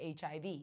HIV